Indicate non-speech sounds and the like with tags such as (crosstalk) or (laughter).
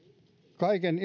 kaiken (unintelligible)